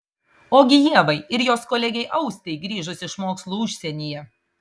ogi ievai ir jos kolegei austei grįžus iš mokslų užsienyje